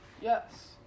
Yes